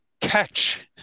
catch